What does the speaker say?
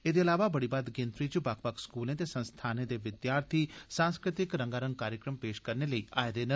एदे इलावा बड़ी मदद गिनतरी च बक्ख बक्ख स्कूले ते संस्थानं दे बच्चे सांस्कृतिक रंगारंग कार्यक्रम पे श करने लेई आए देन